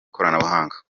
ikoranabuhanga